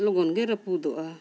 ᱞᱚᱜᱚᱱ ᱜᱮ ᱨᱟᱹᱯᱩᱫᱚᱜᱼᱟ